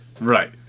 right